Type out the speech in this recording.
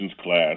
class